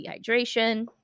dehydration